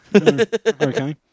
Okay